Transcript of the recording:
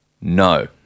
No